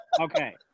Okay